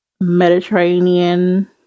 mediterranean